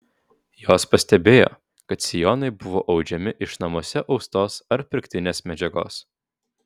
jos pastebėjo kad sijonai buvo audžiami iš namuose austos ar pirktinės medžiagos